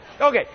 Okay